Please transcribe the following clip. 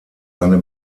eine